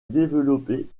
développé